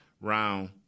round